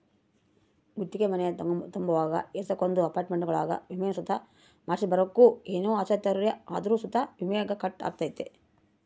ಗುತ್ತಿಗೆ ಮನೆ ತಗಂಬುವಾಗ ಏಸಕೊಂದು ಅಪಾರ್ಟ್ಮೆಂಟ್ಗುಳಾಗ ವಿಮೇನ ಸುತ ಮಾಡ್ಸಿರ್ಬಕು ಏನೇ ಅಚಾತುರ್ಯ ಆದ್ರೂ ಸುತ ವಿಮೇಗ ಕಟ್ ಆಗ್ತತೆ